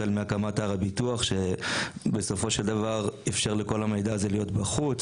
החל מהקמת הר הביטוח שבסופו של דבר אִפשר לכל המידע הזה להיות בחוץ,